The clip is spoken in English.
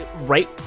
right